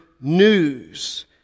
news